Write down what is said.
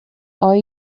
are